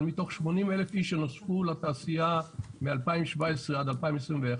אבל מתוך 80 אלף איש שנוספו לתעשייה מ-2017 עד 2021,